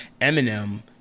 Eminem